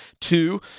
Two